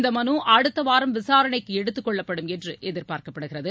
இந்த மனு அடுத்த வாரம் விசாரணைக்கு எடுத்துக்கொள்ளப்படும் என்று எதிர்பார்க்கப்படுகிறது